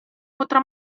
potrà